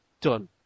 Done